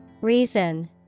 Reason